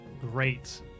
great